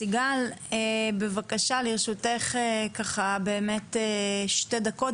סיגל בבקשה, לרשותך שתי דקות.